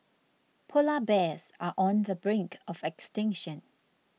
Polar Bears are on the brink of extinction